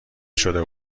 شده